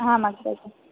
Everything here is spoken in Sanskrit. आम् अग्रज